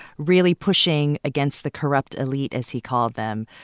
really pushing against the corrupt elite, as he called them.